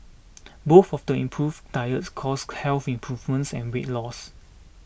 both of the improved diets caused health improvements and weight loss